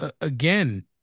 again